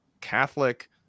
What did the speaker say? Catholic